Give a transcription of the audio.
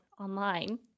online